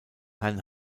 herrn